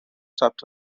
ثبت